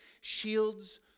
shields